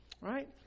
Right